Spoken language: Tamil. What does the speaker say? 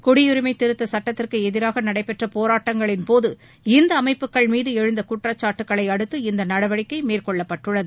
குடியுரிமைத் திருத்தச் சுட்டத்திற்கு எதிராக நடைபெற்ற போராட்டங்களின் போது இந்த அமைப்புகள் மீது எழுந்த குற்றச்சாட்டுகளை அடுத்து இந்த நடவடிக்கை மேற்கொள்ளப்பட்டுள்ளது